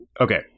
Okay